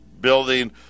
building –